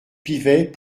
pivet